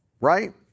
right